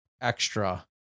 extra